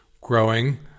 growing